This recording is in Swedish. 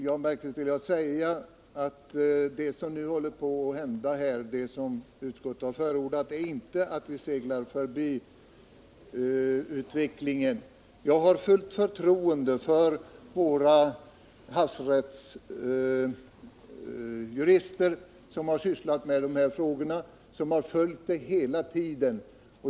Fru talman! Till Jan Bergqvist vill jag säga att det som utskottet har förordat innebär inte att vi seglar förbi utvecklingen. Jag har fullt förtroende för våra havsrättsjurister, som har sysslat med dessa frågor och följt dem hela tiden.